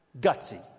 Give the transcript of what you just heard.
Gutsy